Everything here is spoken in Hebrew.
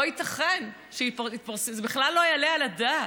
לא ייתכן שיתפרסם, זה בכלל לא יעלה על הדעת,